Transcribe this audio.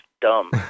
dumb